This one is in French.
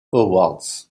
awards